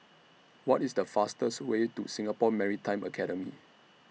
What IS The fastest Way to Singapore Maritime Academy